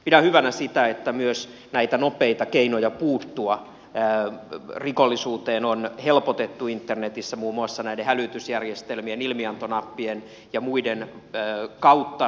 pidän hyvänä sitä että myös näitä nopeita keinoja puuttua rikollisuuteen on helpotettu internetissä muun muassa näiden hälytysjärjestelmien ilmiantonappien ja muiden kautta